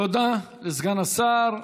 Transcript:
תודה לסגן השר.